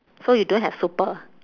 so you don't have super